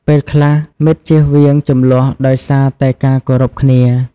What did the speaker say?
ពេលខ្លះ មិត្តជៀសវាងជម្លោះដោយសារតែការគោរពគ្នា។